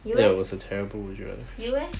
you eh you eh